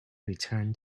return